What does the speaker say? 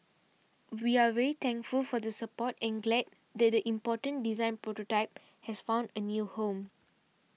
we are very thankful for the support and glad that the important design prototype has found a new home